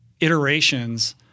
iterations